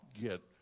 get